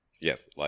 Yes